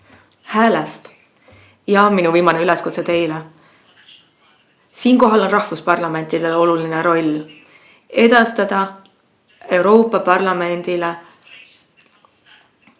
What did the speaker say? häälest. Ja minu viimane üleskutse teile. Siinkohal on rahvusparlamentidel oluline roll: edastada Euroopa Parlamendile